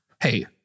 Hey